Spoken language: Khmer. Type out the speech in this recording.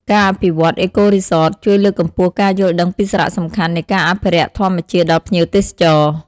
ការអភិវឌ្ឍ អេកូរីសត ជួយលើកកម្ពស់ការយល់ដឹងពីសារៈសំខាន់នៃការអភិរក្សធម្មជាតិដល់ភ្ញៀវទេសចរ។